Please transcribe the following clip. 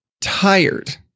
tired